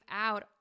out